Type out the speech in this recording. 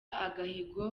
agahigo